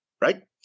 right